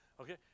Okay